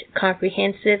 comprehensive